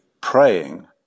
praying